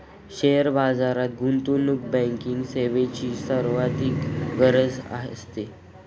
share बाजारात गुंतवणूक banking सेवेची सर्वाधिक गरज असते